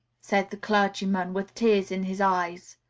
said the clergyman, with tears in his eyes.